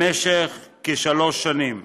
למשך כשלוש שנים.